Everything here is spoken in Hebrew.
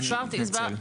אני מתנצל.